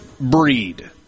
breed